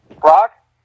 Brock